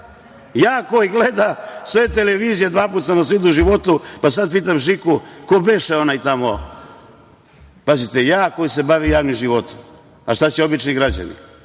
Ja koji gledam sve televizije, dva puta sam vas video u životu, pa sada pitam Žiku – ko beše onaj tamo? Pazite, ja koji se bavim javnim životom, a šta će obični građani?